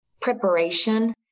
Preparation